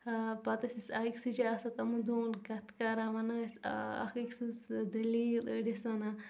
پتہِ ٲسۍ أسۍ أکسٕے جاے آسان تِمن دۄہن کتھٕ کران ونان ٲسۍ اکھ أکۍ سِنٛز دٔلیل أڈۍ ٲسۍ ونان